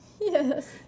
Yes